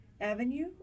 Avenue